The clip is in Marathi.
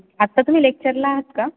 आत्ता तुम्ही लेक्चरला आहात का